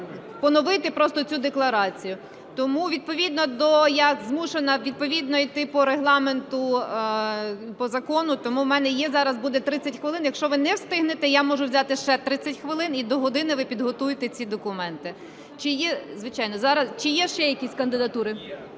я змушена йти по Регламенту, по закону, тому у мене буде зараз 30 хвилин, якщо ви не встигнете, я можу взяти ще 30 хвилин до години, ви підготуєте ці документи. Чи є ще якісь кандидатури?